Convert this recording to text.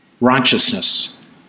righteousness